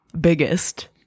biggest